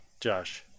Josh